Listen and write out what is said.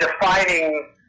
defining